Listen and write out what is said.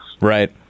Right